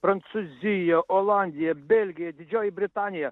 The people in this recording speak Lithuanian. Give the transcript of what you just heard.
prancūzija olandija belgija didžioji britanija